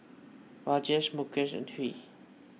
Rajesh Mukesh and Hri